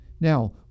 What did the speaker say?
Now